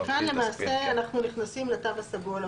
כאן למעשה אנחנו נכנסים לתו הסגול.